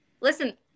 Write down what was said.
listen